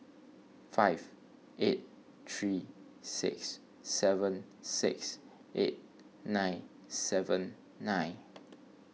five eight three six seven six eight nine seven nine